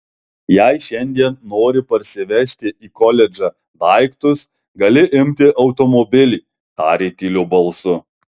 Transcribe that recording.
jei šiandien nori parsivežti į koledžą daiktus gali imti automobilį tarė tyliu balsu